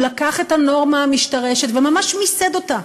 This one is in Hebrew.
הוא לקח את הנורמה המשתרשת וממש מיסד אותה.